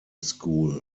school